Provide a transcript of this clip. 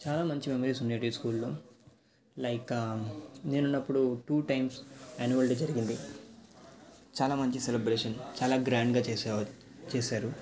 చాలా మంచి మెమొరీస్ ఉండేవి స్కూల్లో లైక్ నేను అప్పుడు టూ టైమ్స్ యాన్యువల్ డే జరిగింది చాలా మంచి సెలబ్రేషన్ చాలా గ్రాండ్గా చేసేవారు చేసారు